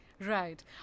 Right